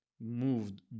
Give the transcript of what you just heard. moved